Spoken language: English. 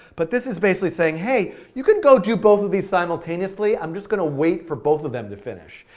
but this is basically saying hey, you could go do both of these simultaneously, i'm just going to wait for both of them to finish.